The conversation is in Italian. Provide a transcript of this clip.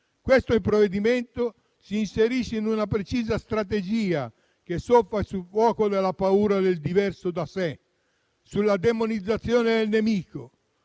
Il provvedimento si inserisce in una precisa strategia, che soffia sul fuoco della paura del diverso da sé, sulla demonizzazione del nemico,